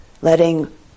letting